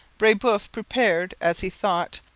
brebeuf prepared, as he thought,